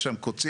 יש שם קוצים,